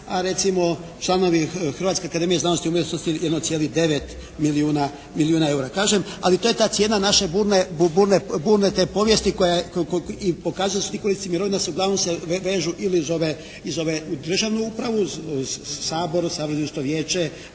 a recimo članove Hrvatske akademije znanosti i umjetnosti 1,9 milijuna eura. Kažem, ali to je ta cijena naše burne te povijesti koja je, i pokazuju svi korisnici mirovina su, uglavnom se vežu ili uz državnu upravu, Sabor, … /Govornik